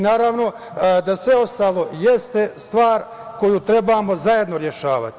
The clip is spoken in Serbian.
Naravno da sve ostalo jeste stvar koju trebamo zajedno rešavati.